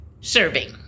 serving